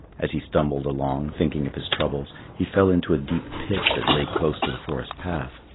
as he stumbled along, thinking of his troubles, he fell into a deep pit that lay close to the forest path.